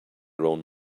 own